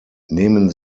nehmen